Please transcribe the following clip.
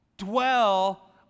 Dwell